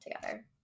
together